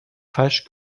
falsch